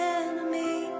enemy